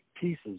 pieces